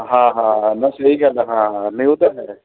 ਹਾਂ ਹਾਂ ਬਸ ਇਹੀ ਗੱਲ ਹਾਂ ਨਹੀਂ ਉਹ ਤਾਂ ਹੈ